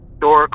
door